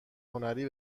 هنری